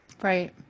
right